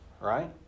right